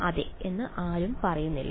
അതെ എന്ന് ആരും പറയുന്നില്ല